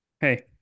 hey